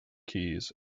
keys